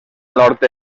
nord